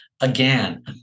again